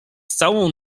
całą